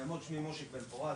שמי מושיק בן פורת,